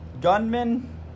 gunman